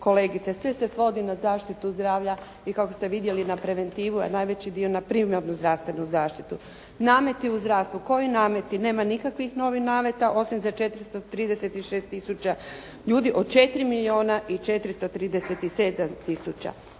sve se svodi na zaštitu zdravlja i kako ste vidjeli na preventivu, a najveći dio na primarnu zdravstvenu zaštitu. Nameti u zdravstvu. Koji nameti? Nema nikakvih novih nameta osim za 436000 ljudi od 4